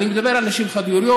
אני מדבר על נשים חד-הוריות.